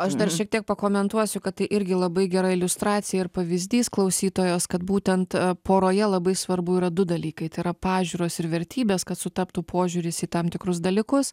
aš dar šiek tiek pakomentuosiu kad tai irgi labai gera iliustracija ir pavyzdys klausytojos kad būtent poroje labai svarbu yra du dalykai tai yra pažiūros ir vertybės kad sutaptų požiūris į tam tikrus dalykus